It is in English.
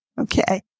Okay